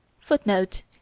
Footnote